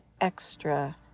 extra